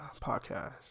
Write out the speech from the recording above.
podcast